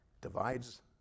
divides